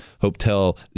Hotel